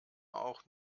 auch